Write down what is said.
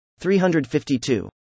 352